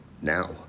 now